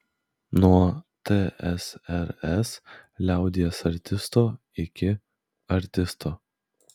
nuo tsrs liaudies artisto iki artisto